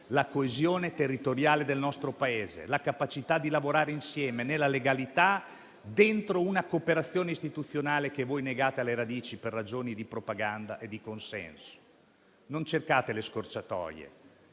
la coesione territoriale del nostro Paese e la capacità di lavorare insieme nella legalità, in una cooperazione istituzionale che negate alle radici per ragioni di propaganda e di consenso. Non cercate scorciatoie,